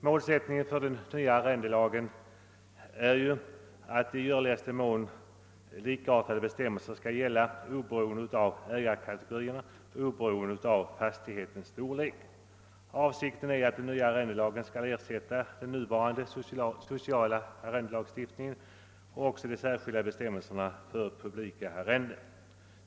Målsättningen för den nya arrendelagen är att i görligaste mån likartade bestämmelser skall gälla oberoende av ägarkategorier och oberoende av fastighetens storlek. Avsikten är att den nya arrendelagen skall ersätta den nuvarande sociala arrendelagstiftningen liksom de särskilda bestämmelserna för publika arrenden.